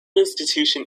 institution